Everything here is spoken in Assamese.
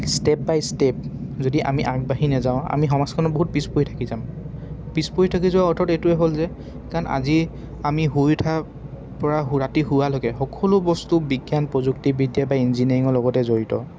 ষ্টেপ বাই ষ্টেপ যদি আমি আগবাঢ়ি নাযাওঁ আমি সমাজখনত বহুত পিছ পৰি থাকি যাম পিছপৰি থাকি যোৱাৰ অৰ্থ এইটোৱে হ'ল যে কাৰণ আজি আমি শুই উঠাৰপৰা ৰাতি শোৱালৈকে সকলো বস্তু বিজ্ঞান প্ৰযুক্তিবিদ্যা বা ইঞ্জিনিয়াৰিঙৰ লগতে জড়িত